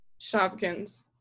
Shopkins